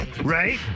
Right